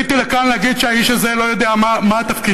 עליתי לכאן להגיד שהאיש הזה לא יודע מה תפקידו,